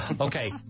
Okay